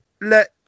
let